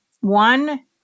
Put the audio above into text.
One